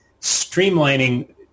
streamlining